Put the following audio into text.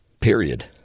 period